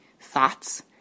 thoughts